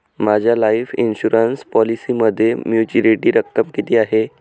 माझ्या life insurance पॉलिसीमध्ये maturity रक्कम किती आहे?